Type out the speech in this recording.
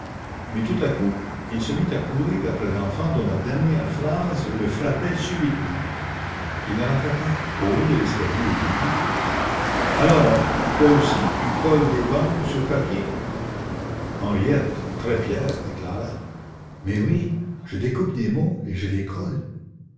mais tout à coup il se mit à courir après l'enfant dont la dernière phrase le frappait subitement il la rattrapa au haut de l'escalier et lui dit alors toi aussi tu colles des bandes sur du papier henriette très fière déclara mais oui je découpe des mots et je les colle